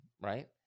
right